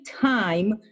time